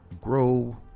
grow